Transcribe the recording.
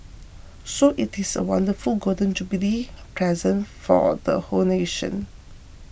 so it is a wonderful Golden Jubilee present for all the whole nation